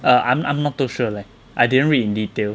um I'm I'm not too sure leh I didn't read in detail